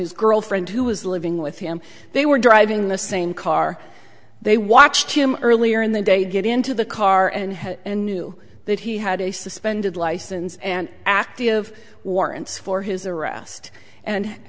his girlfriend who was living with him they were driving the same car they watched him earlier in the day get into the car and knew that he had a suspended license and active warrants for his arrest and